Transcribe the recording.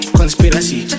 conspiracy